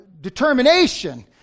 determination